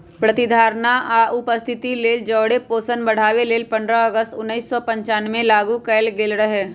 प्रतिधारणा आ उपस्थिति लेल जौरे पोषण बढ़ाबे लेल पंडह अगस्त उनइस सौ पञ्चानबेमें लागू कएल गेल रहै